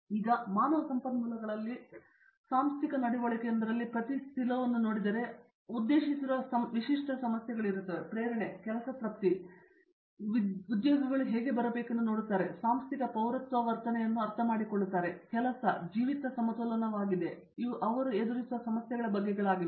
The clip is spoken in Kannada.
ಪ್ರೊಫೆಸರ್ ಪ್ರತಾಪ್ ಹರಿಡೋಸ್ ಸರಿ ಪ್ರೊಫೆಸರ್ ಉಷಾ ಮೋಹನ್ ಈಗ ಮಾನವ ಸಂಪನ್ಮೂಲಗಳಲ್ಲಿ ಸಾಂಸ್ಥಿಕ ನಡವಳಿಕೆಯೊಂದರಲ್ಲಿ ಪ್ರತಿ ಸಿಲೋವನ್ನು ನೋಡಿದರೆ ಅವರು ಉದ್ದೇಶಿಸಿರುವ ವಿಶಿಷ್ಟ ಸಮಸ್ಯೆಗಳು ಪ್ರೇರಣೆ ಕೆಲಸ ತೃಪ್ತಿ ಮತ್ತು ಅವರು ಹೇಗೆ ಬರಬೇಕೆಂದು ನೋಡುತ್ತಾರೆ ಅವರು ಸಾಂಸ್ಥಿಕ ಪೌರತ್ವ ವರ್ತನೆಯನ್ನು ಅರ್ಥಮಾಡಿಕೊಳ್ಳುತ್ತಾರೆ ಮತ್ತು ಇದು ಕೆಲಸ ಜೀವಿತ ಸಮತೋಲನವಾಗಿದೆ ಅವುಗಳು ಅವರು ಎದುರಿಸುವ ಸಮಸ್ಯೆಗಳ ಬಗೆಗಳಾಗಿವೆ